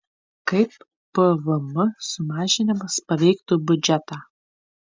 kaip pvm sumažinimas paveiktų biudžetą